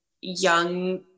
young